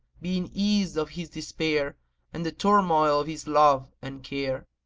being eased of his despair and the turmoil of his love and care.